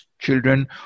children